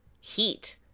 Heat